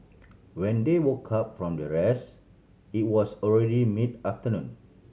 when they woke up from their rest it was already mid afternoon